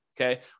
okay